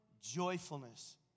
joyfulness